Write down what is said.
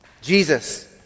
Jesus